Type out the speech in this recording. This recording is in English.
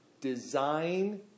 design